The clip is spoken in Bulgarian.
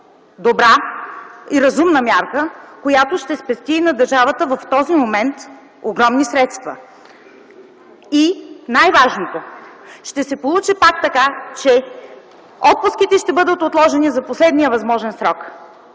добра и разумна мярка, която в този момент ще спести на държавата огромни средства. Най-важното, ще се получи пак така, че отпуските ще бъдат отложени за последния възможен срок.